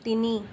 তিনি